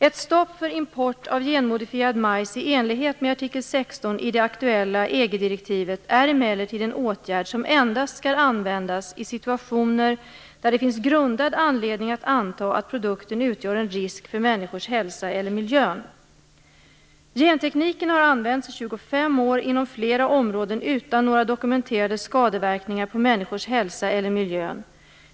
Ett stopp för import av genmodifierad majs i enlighet med artikel 16 i det aktuella EG-direktivet är emellertid en åtgärd som endast skall användas i situationer där det finns grundad anledning att anta att produkten utgör en risk för människors hälsa eller för miljön. Gentekniken har använts i 25 år inom flera områden utan några dokumenterade skadeverkningar för människors hälsa eller för miljön.